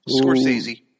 Scorsese